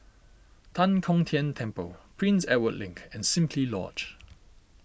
Tan Kong Tian Temple Prince Edward Link and Simply Lodge